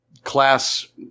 Class